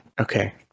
Okay